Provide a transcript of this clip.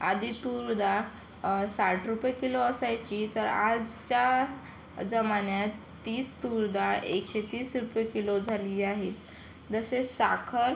आधी तूर दाळ साठ रुपये किलो असायची तर आजच्या जमान्यात तीच तूर डाळ एकशे तीस रुपये किलो झाली आहे जसे साखर